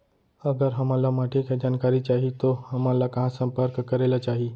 अगर हमन ला माटी के जानकारी चाही तो हमन ला कहाँ संपर्क करे ला चाही?